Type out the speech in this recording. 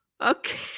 Okay